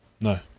No